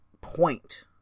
point